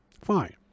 fine